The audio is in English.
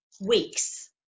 weeks